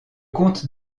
comte